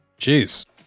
Jeez